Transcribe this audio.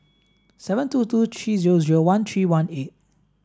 seven two two three zero zero one three one eight